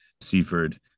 Seaford